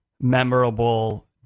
memorable